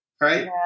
right